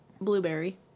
Blueberry